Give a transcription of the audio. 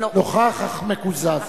נוכח אך מקוזז.